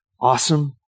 awesome